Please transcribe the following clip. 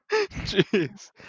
Jeez